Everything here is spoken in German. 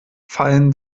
fallen